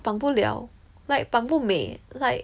绑不了 like 绑不美 like